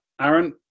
Aaron